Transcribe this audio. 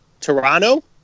Toronto